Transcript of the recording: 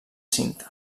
cinta